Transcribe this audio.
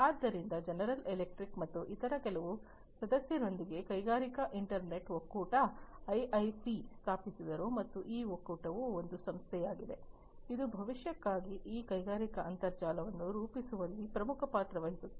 ಆದ್ದರಿಂದ general electric ಮತ್ತು ಇತರ ಕೆಲವು ಸದಸ್ಯರೊಂದಿಗೆ ಕೈಗಾರಿಕಾ ಇಂಟರ್ನೆಟ್ ಒಕ್ಕೂಟ ಐಐಸಿಯನ್ನು ಸ್ಥಾಪಿಸಿದರು ಮತ್ತು ಈ ಒಕ್ಕೂಟವು ಒಂದು ಸಂಸ್ಥೆಯಾಗಿದೆ ಇದು ಭವಿಷ್ಯಕ್ಕಾಗಿ ಈ ಕೈಗಾರಿಕಾ ಅಂತರ್ಜಾಲವನ್ನು ರೂಪಿಸುವಲ್ಲಿ ಪ್ರಮುಖ ಪಾತ್ರ ವಹಿಸುತ್ತದೆ